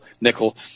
nickel